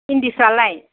इन्दिफ्रालाय